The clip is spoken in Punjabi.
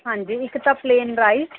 ਹਾਂਜੀ ਇੱਕ ਤਾਂ ਪਲੇਨ ਰਾਈਸ